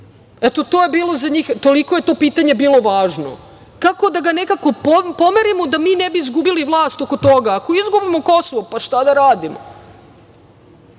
u Republici Srbiji. Eto, toliko je to pitanje bilo važno. Kako da ga nekako pomerimo, da mi ne bi izgubili vlast oko toga. Ako izgubimo Kosovo, pa šta da radimo?